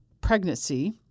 pregnancy